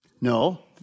No